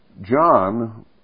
John